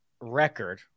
record